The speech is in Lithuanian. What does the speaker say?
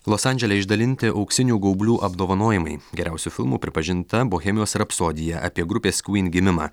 los andžele išdalinti auksinių gaublių apdovanojimai geriausiu filmu pripažinta bohemijos rapsodija apie grupės kvyn gimimą